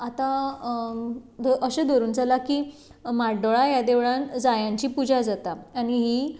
आतां अशें धरुन चला की माड्डोळा ह्या देवळान जायांची पुजा जाता आनी हि